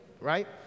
right